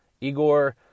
Igor